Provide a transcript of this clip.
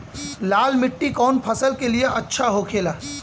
लाल मिट्टी कौन फसल के लिए अच्छा होखे ला?